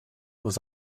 was